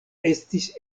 estis